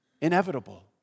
inevitable